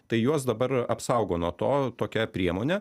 tai juos dabar apsaugo nuo to tokia priemone